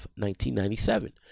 1997